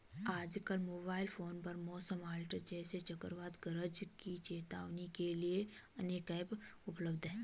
आजकल mobile phone पर मौसम अलर्ट जैसे चक्रवात गरज की चेतावनी के लिए अनेक ऐप उपलब्ध है